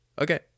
okay